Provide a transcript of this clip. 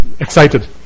excited